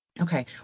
Okay